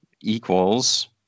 equals